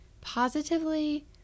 positively